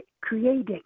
creating